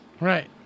Right